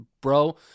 bro